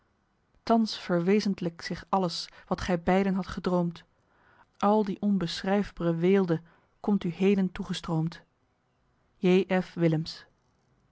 thans verwezentlykt zich alles wat gy beiden had gedroomd al die onbeschryfbre weelde komt u heden toegestroomd jf willems